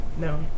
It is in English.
No